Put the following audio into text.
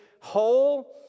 whole